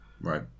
right